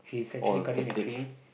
oh just pick